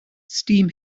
steam